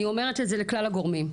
אני אומרת את זה לכלל הגורמים,